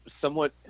somewhat